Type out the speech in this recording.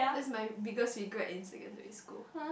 that's my biggest regret in secondary school